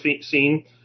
seen